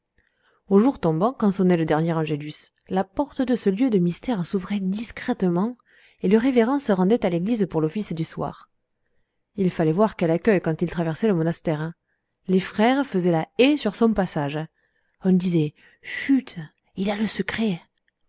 jour tombant quand sonnait le dernier angélus la porte de ce lieu de mystère s'ouvrait discrètement et le révérend se rendait à l'église pour l'office du soir il fallait voir quel accueil quand il traversait le monastère les frères faisaient la haie sur son passage on disait chut il a le secret